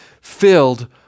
filled